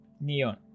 Neon